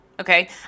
Okay